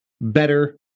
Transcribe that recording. better